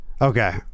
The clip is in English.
Okay